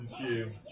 game